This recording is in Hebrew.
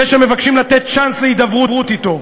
אלה שמבקשים לתת צ'אנס להידברות אתו,